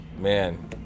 Man